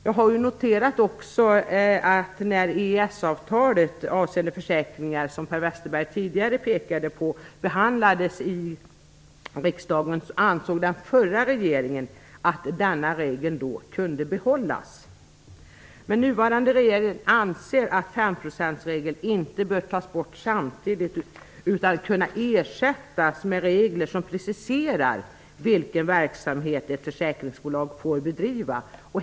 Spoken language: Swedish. Jag har också noterat att när EES-avtalet avseende försäkringar, som Per Westerberg tidigare pekade på, behandlades i riksdagen ansåg den förra regeringen att denna regel kunde behållas. Nuvarande regering anser att femprocentsregeln inte bör tas bort utan att kunna ersättas med regler som preciserar vilken verksamhet ett försäkringsbolag får bedriva.